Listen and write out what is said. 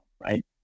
right